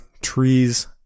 trees